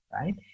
Right